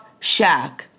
Shaq